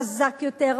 חזק יותר,